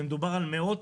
ומדובר על מאות.